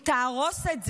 אם תהרוס את זה,